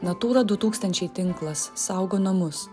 natūra du tūkstančiai tinklas saugo namus